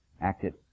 acted